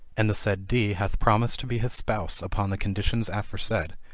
and the said d hath promised to be his spouse upon the conditions aforesaid,